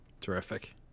Terrific